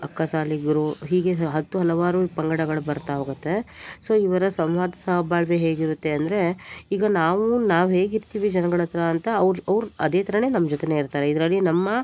ಅಕ್ಕಸಾಲಿಗ್ರು ಹೀಗೆ ಹತ್ತು ಹಲವಾರು ಪಂಗಡಗಳು ಬರ್ತಾ ಹೋಗುತ್ತೆ ಸೊ ಇವರ ಸಂವಾದ ಸಹಬಾಳ್ವೆ ಹೇಗಿರುತ್ತೆ ಅಂದರೆ ಈಗ ನಾವು ನಾವು ಹೇಗೆ ಇರ್ತೀವಿ ಜನಗಳ ಹತ್ರ ಅಂತ ಅವ್ರು ಅವ್ರು ಅದೇ ಥರವೇ ನಮ್ಮ ಜೊತೆಯೆ ಇರ್ತಾರೆ ಇದರಲ್ಲಿ ನಮ್ಮ